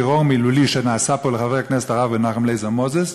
טרור מילולי שנעשה פה לחבר הכנסת הרב מנחם אליעזר מוזס,